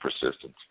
persistence